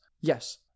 Yes